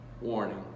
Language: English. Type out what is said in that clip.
warning